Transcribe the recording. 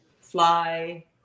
fly